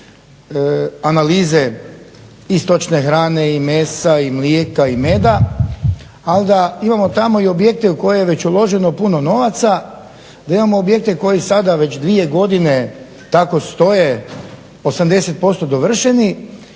analize i stočne hrane i mesa i mlijeka i meda, ali da imamo tamo i objekte u koje je već uloženo puno novaca, da imamo objekte koji sada već dvije godine tako stoje 80% dovršeni,